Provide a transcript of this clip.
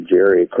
Jerry